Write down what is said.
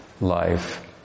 life